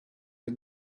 the